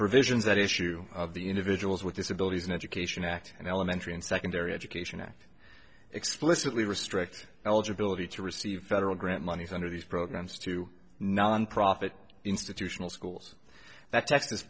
provisions that issue of the individuals with disabilities education act and elementary and secondary education act explicitly restrict eligibility to receive federal grant monies under these programs to nonprofit institutional schools that test this